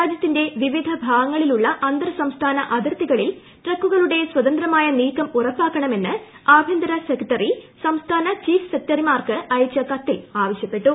രാജൃത്തിന്റെ വിവിധ ഭാഗങ്ങളിലുള്ള അന്തർ സംസ്ഥാന അതിർത്തികളിൽ ട്രക്കുകളുടെ സ്വതന്ത്രമായ നീക്കം ഉറപ്പാക്കണമെന്ന് ആഭ്യന്തര സെക്രട്ടറി സംസ്ഥാന ചീഫ് സെക്രട്ടറിമാർക്ക് അയച്ച കത്തിൽ ആവശ്യപ്പെട്ടു